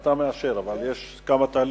אתה מאשר, אבל יש כמה תהליכים,